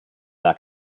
back